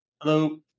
hello